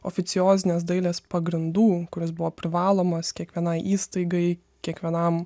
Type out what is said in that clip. oficiozinės dailės pagrindų kuris buvo privalomas kiekvienai įstaigai kiekvienam